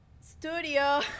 studio